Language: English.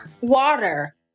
Water